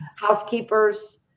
housekeepers